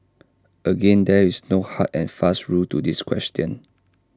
again there is no hard and fast rule to this question